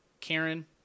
Karen